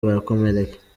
barakomereka